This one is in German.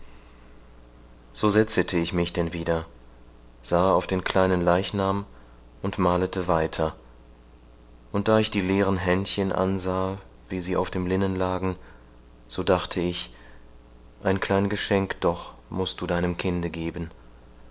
so setzete ich mich denn wieder sahe auf den kleinen leichnam und malete weiter und da ich die leeren händchen ansahe wie sie auf dem linnen lagen so dachte ich ein klein geschenk doch mußt du deinem kinde geben